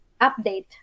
update